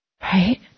Right